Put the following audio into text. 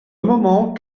moment